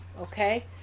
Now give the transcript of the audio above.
Okay